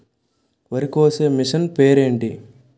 వరి కోసే మిషన్ పేరు ఏంటి